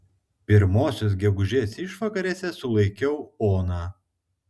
pirmosios gegužės išvakarėse sulaikiau oną